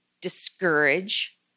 discourage